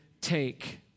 take